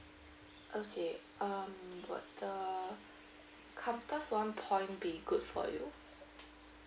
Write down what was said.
okay um would the compass one point be good for you